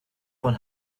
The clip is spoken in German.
von